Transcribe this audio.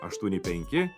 aštuoni penki